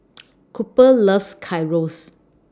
Cooper loves Gyros